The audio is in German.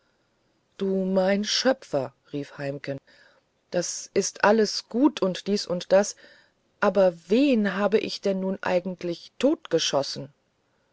du mein schöpfer rief heimken das ist alles gut und dies und das aber wen habe ich denn nun eigentlich totgeschossen